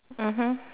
mmhmm